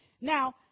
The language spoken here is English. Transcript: now